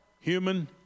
human